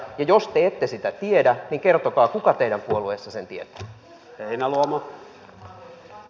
ja jos te ette sitä tiedä niin kertokaa kuka teidän puolueessanne sen tietää